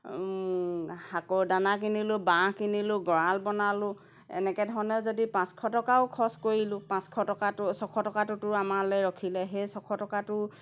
শাকৰ দানা কিনিলোঁ বাঁহ কিনিলোঁ গঁৰাল বনালোঁ এনেকৈ ধৰণে যদি পাঁচশ টকাও খৰচ কৰিলোঁ পাঁচশ টকাটো ছয়শ টকাটোতো আমালৈ ৰখিলে সেই ছয়শ টকাটো